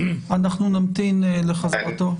--- אנחנו נמתין לחזרתו.